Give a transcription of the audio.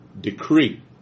decree